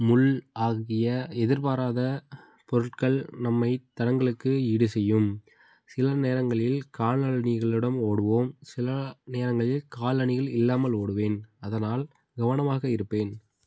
முள் ஆகிய எதிர்பாராத பொருட்கள் நம்மை தடங்களுக்கு ஈடு செய்யும் சில நேரங்களில் காலணிகளுடன் ஓடுவோம் சில நேரங்களில் காலணிகள் இல்லாமல் ஓடுவேன் அதனால் கவனமாக இருப்பேன்